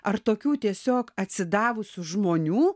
ar tokių tiesiog atsidavusių žmonių